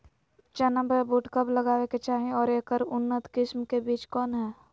चना बोया बुट कब लगावे के चाही और ऐकर उन्नत किस्म के बिज कौन है?